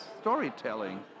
storytelling